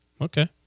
Okay